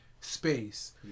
space